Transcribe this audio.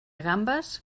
gambes